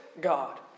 God